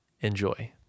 Enjoy